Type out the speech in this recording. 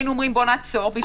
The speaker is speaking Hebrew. היינו אומרים: בואו נעצור.